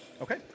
Okay